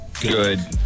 good